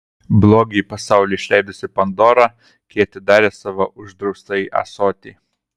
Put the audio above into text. blogį į pasaulį išleidusi pandora kai atidarė savo uždraustąjį ąsotį